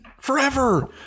Forever